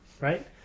right